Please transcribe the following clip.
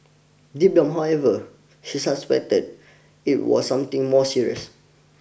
deep down however he suspected it was something more serious